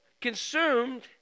consumed